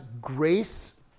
grace